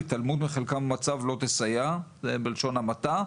התעלמות מחלקם במצב לא תסייע, זה בלשון המעטה,